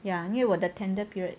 ya 因为我的 tender period